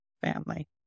family